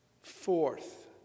Fourth